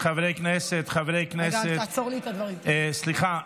סליחה, חברי הכנסת, חברי הכנסת, סליחה.